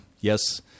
Yes